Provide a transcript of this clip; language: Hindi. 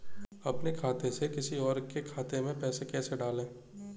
अपने खाते से किसी और के खाते में पैसे कैसे डालें?